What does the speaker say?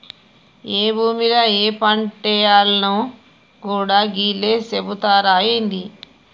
ఏ భూమిల ఏ పంటేయాల్నో గూడా గీళ్లే సెబుతరా ఏంది?